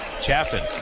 Chaffin